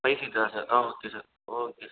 பேசிக் தான் sir okay sir okay sir